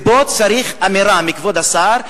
ופה צריך אמירה מכבוד השר,